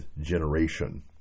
generation